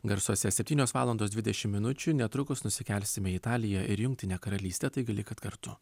garsuose septynios valandos dvidešim minučių netrukus nusikelsime į italiją ir jungtinę karalystę taigi likit kartu